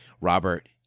Robert